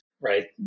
Right